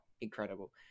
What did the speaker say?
incredible